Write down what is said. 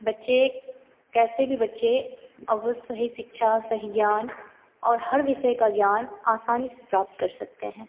बच्चे कैसे भी बच्चे अब वह सही शिक्षा सही ज्ञान और हर विषय का ज्ञान आसानी से प्राप्त कर सकते हैं